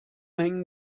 hängen